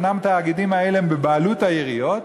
אומנם התאגידים האלה הם בבעלות העיריות,